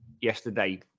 yesterday